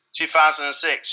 2006